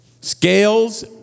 scales